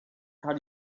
how